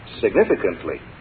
significantly